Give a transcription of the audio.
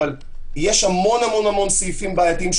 אבל יש המון המון סעיפים בעייתיים,